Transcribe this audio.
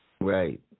Right